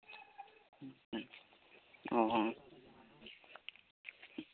ᱚ